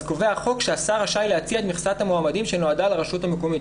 אז קובע החוק שהשר רשאי להציע את מכסת המועמדים שנועדה לרשות המקומית,